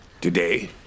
Today